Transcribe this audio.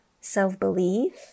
self-belief